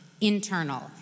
internal